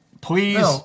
Please